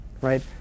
right